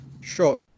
Sure